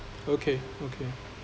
okay okay